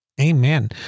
Amen